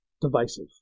divisive